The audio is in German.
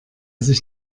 sich